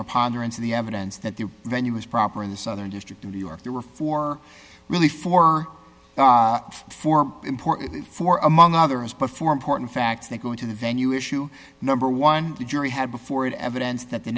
preponderance of the evidence that the venue was proper in the southern district of new york there were four really for four important for among others but for important facts that go into the venue issue number one the jury had before it evidence that the